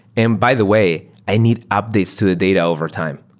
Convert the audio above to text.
and by the way, i need updates to the data over time.